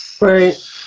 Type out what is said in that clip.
Right